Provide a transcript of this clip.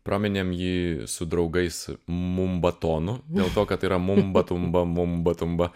praminėm jį su draugais mumba tonu dėl to kad yra mumba tumba mumba tumba